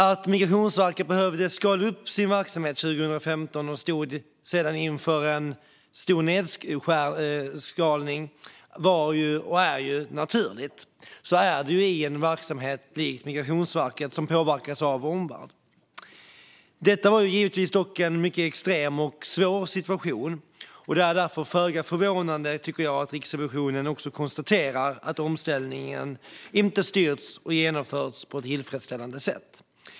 Att Migrationsverket behövde skala upp sin verksamhet 2015 och sedan stod inför en stor nedskalning var, och är, naturligt. Så är det i en verksamhet som likt Migrationsverkets påverkas av vår omvärld. Detta var givetvis en mycket extrem och svår situation. Det är därför föga förvånande, tycker jag, att Riksrevisionen konstaterar att omställningen inte styrts och genomförts på ett tillfredsställande sätt.